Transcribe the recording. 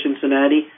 Cincinnati